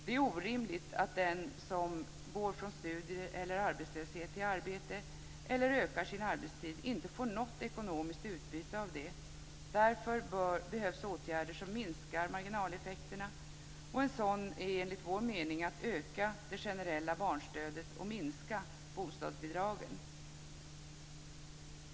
Det är orimligt att den som går från studier eller arbetslöshet till arbete, eller som ökar sin arbetstid, inte får något ekonomiskt utbyte av det. Därför behövs åtgärder som minskar marginaleffekterna, och en sådan är enligt vår mening att öka det generella barnstödet och minska bostadsbidragen.